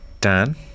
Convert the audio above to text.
Dan